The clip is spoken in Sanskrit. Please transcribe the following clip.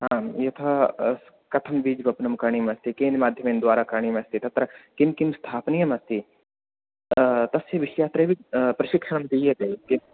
आं यथा कथं बीजवपनं करणीयमस्ति केन माध्यमेन द्वारा करणीयमस्ति तत्र किं किं स्थापनीयमस्ति तस्य विषये अत्रैव प्रशिक्षणं दीयते के